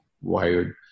wired